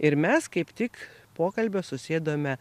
ir mes kaip tik pokalbio susėdome